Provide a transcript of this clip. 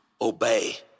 obey